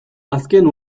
azken